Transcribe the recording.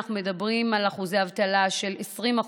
אנחנו מדברים על אחוזי אבטלה של 20%,